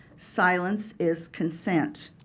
silence is consent.